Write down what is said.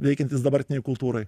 veikiantis dabartinėj kultūroj